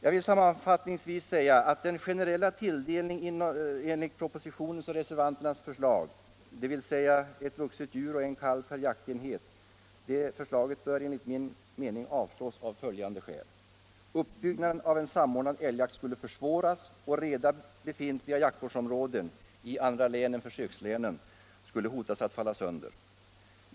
Jag vill sammanfattningsvis säga att den generella tilldelningen enligt propositionens och reservanternas förslag, dvs. ett vuxet djur och en kalv per jaktenhet, enligt min mening bör avvisas av följande skäl: Uppbyggnaden av en samordnad älgjakt skulle försvåras och redan befintliga jaktvårdsområden i andra län än försökslänen skulle hota att falla sönder.